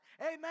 Amen